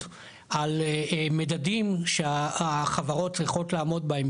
על מדדים שהחברות צריכות לעמוד בהם,